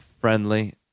friendly